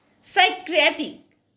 psychiatric